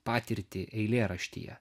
patirtį eilėraštyje